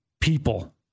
people